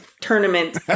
tournament